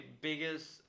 biggest